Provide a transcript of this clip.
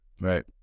right